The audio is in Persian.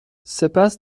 سپس